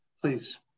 please